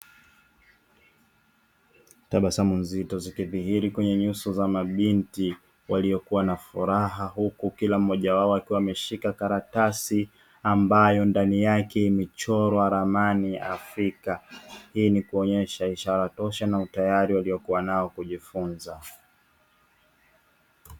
Tabasamu nzito zikidhihiri kwenye nyuso za mabinti waliokuwa na furaha huku kila mmoja wao akiwa ameshika karatasi ambayo ndani yake imechorwa ramani ya Afrika. Hii ni kuonyesha ishara tosha na utayari waliokuwa nao kujifunza.